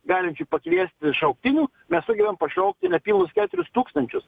galinčių pakviesti šauktinių mes sugebam pašaukti nepilnus keturis tūkstančius